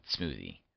smoothie